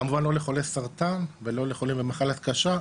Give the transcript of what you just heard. כמובן לא לחולי סרטן ולא לחולים במחלות קשות,